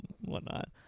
whatnot